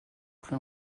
après